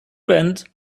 friend